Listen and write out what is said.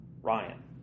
Ryan